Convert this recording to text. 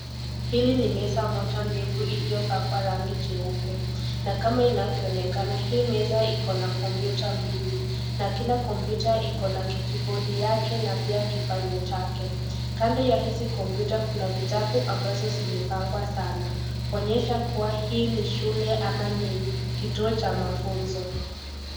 Hili ni meza moja ndefu iliyopakwa rangi cheupe na kama inavyonekana, hii meza iko na kompyuta mbili, na kila kompyuta iko na kijibodi yake na pia kipanya chake. Kando ya hizi kompyuta kuna vitabu ambazo zimepangwa sana kuonyesha kua hii ni shule ama ni kutuoa cha mafunzo.